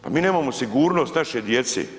Pa mi nemamo sigurnost naše djece.